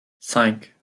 cinq